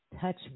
Touch